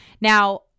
Now